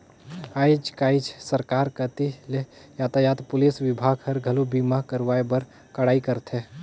आयज कायज सरकार कति ले यातयात पुलिस विभाग हर, घलो बीमा करवाए बर कड़ाई करथे